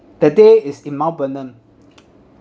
the day is in mount vernon